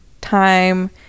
time